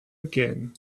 again